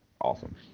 awesome